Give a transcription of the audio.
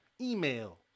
email